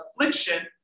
affliction